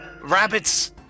rabbits